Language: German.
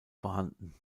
vorhanden